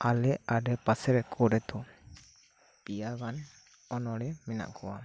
ᱟᱞᱮ ᱟᱰᱮ ᱯᱟᱥᱮᱨᱠᱚᱨᱮ ᱫᱚ ᱯᱮᱭᱟ ᱜᱟᱱ ᱚᱱᱚᱲᱦᱮᱫ ᱢᱮᱱᱟᱜ ᱠᱚᱣᱟ